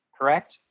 correct